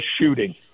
shooting